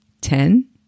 ten